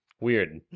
Weird